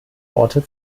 orte